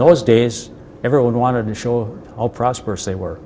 those days everyone wanted to show all prosperous they were